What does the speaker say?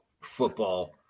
football